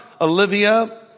Olivia